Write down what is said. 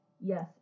Yes